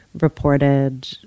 reported